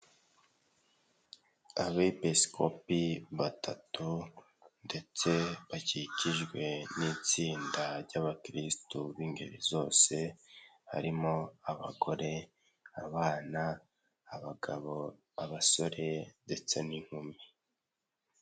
Abepisikopi batatu ndetse bakikijwe n'itsinda ry'abakirisitu b'ingeri zose harimo abagore, abana, abagabo, abasore ndetse n'inkumi.